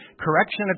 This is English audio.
Correction